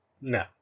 No